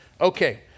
Okay